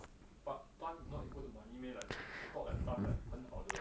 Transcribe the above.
but time not equal to money meh like I thought like time 很好的